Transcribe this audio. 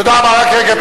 תודה רבה.